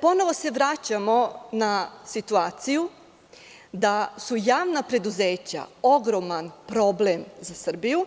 Ponovo se vraćamo na situaciju da su javna preduzeća ogroman problem za Srbiju,